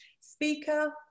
speaker